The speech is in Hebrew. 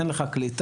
אין לך קליטה.